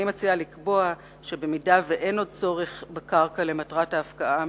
אני מציעה לקבוע שבמידה שאין עוד צורך בקרקע למטרת ההפקעה המקורית,